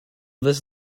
this